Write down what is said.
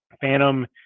Phantom